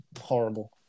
horrible